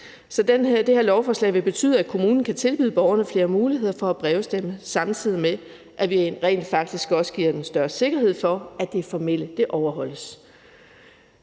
Så det her lovforslag vil betyde, at kommunen kan tilbyde borgerne flere muligheder for at brevstemme, samtidig med at vi rent faktisk også giver dem større sikkerhed for, at det formelle overholdes.